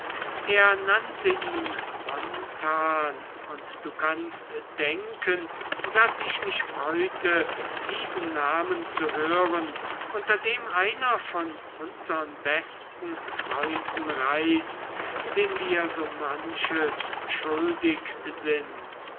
er nannte ihn montan und du kannst denken daß ich mich freute diesen namen zu hören unter dem einer von unsern besten freunden reist dem wir so manches schuldig sind